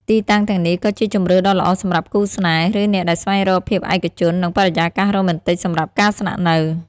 ទីតាំងទាំងនេះក៏ជាជម្រើសដ៏ល្អសម្រាប់គូស្នេហ៍ ឬអ្នកដែលស្វែងរកភាពឯកជន និងបរិយាកាសរ៉ូមែនទិកសម្រាប់ការស្នាក់នៅ។